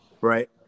Right